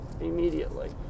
immediately